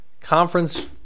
Conference